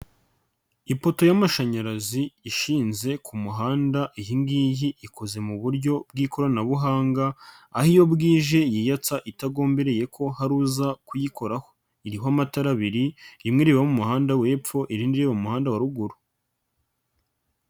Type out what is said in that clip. Ipoto y'amashanyarazi ishinze ku muhanda, iyi ngiyi ikoze mu buryo bw'ikoranabuhanga, aho iyo bwije yiyatsa itagombiriye ko hari uza kuyikoraho. Iriho amatara abiri rimwe rireba mu muhanda wo hepfo, irindi rireba mu muhanda wa ruguru.